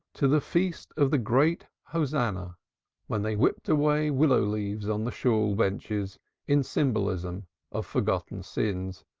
to the feast of the great hosannah when they whipped away willow-leaves on the shool benches in symbolism of forgiven sins,